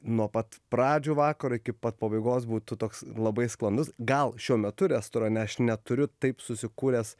nuo pat pradžių vakaro iki pat pabaigos būtų toks labai sklandus gal šiuo metu restorane aš neturiu taip susikūręs